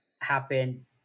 happen